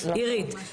אירית.